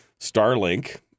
Starlink